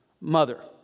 mother